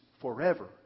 forever